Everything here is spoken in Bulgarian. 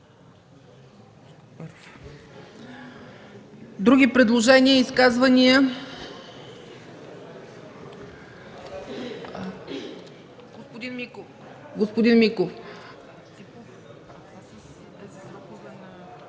Други предложения, изказвания? Господин Миков.